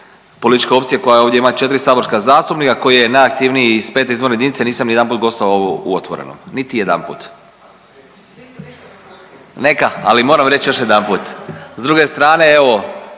političke opcije koja ovdje ima 4 saborska zastupnika, koji je najaktivniji iz 5. izborne jedinice nisam niti jedanput gostovao u Otvorenom, niti jedanput. …/Upadica se ne razumije./… Neka, ali moram reći još jedanput. S druge strane evo